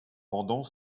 pendant